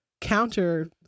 counter